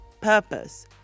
Purpose